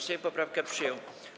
Sejm poprawkę przyjął.